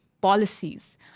policies